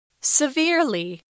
Severely